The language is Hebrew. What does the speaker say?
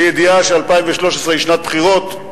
בידיעה ש-2013 היא שנת בחירות,